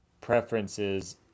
preferences